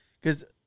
because-